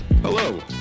Hello